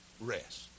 rest